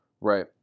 Right